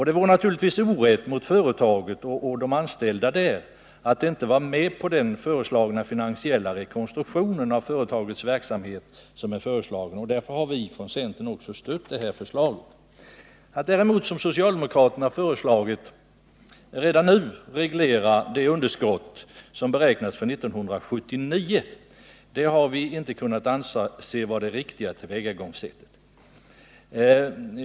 Det vore naturligtvis orätt mot företaget och dess anställda att inte vara med på den föreslagna finansiella rekonstruktionen av företagets verksamhet. Därför har vi från centern stött detta förslag. Att däremot, som socialdemokraterna föreslagit, redan nu reglera det underskott som beräknas för 1979 har vi inte kunnat anse vara det riktiga tillvägagångssättet.